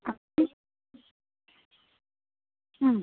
হুম